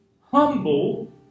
humble